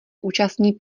účastní